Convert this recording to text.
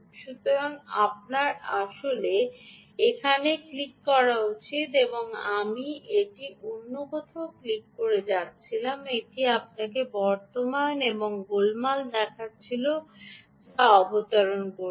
সুতরাং আপনার আসলে এটি এখানে ক্লিক করা উচিত এবং আমি এটি অন্য কোথাও ক্লিক করে যাচ্ছিলাম এবং এটি আপনাকে বর্তমান এবং গোলমাল দেখাচ্ছিল যা অবতরণ করছে